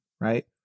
Right